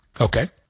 Okay